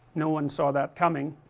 no one saw that coming